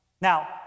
Now